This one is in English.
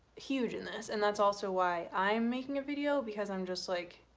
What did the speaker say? huge in this and that's also why i'm making a video because i'm just like